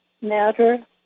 matter